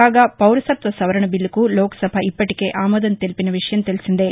కాగా పౌరసత్వ సవరణ బీల్లుకు లోక్సభ ఇప్పటికే అమోదం తెలిపిన విషయం తెల్సిందే